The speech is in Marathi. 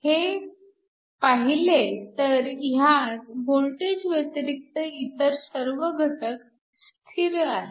हे पाहिले तर ह्यात वोल्टेजव्यतिरिक्त इतर सर्व घटक स्थिर आहेत